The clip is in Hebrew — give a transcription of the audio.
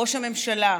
ראש הממשלה,